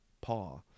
paw